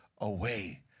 away